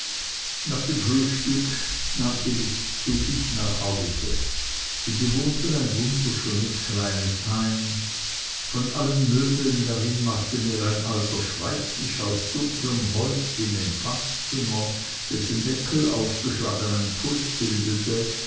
nach dem frühstück nahm sie mich mit sich nach hause sie bewohnten ein wunderschönes kleines heim von allen möbeln darin machte mir ein alter schreibtisch aus dunklem holz im empfangszimmer dessen deckel aufgeschlagen ein pult bildete